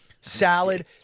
salad